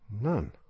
None